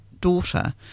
Daughter